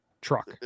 truck